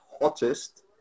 hottest